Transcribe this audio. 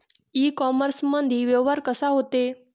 इ कामर्समंदी व्यवहार कसा होते?